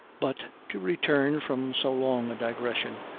but, to return from so long a digression,